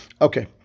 Okay